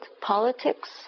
politics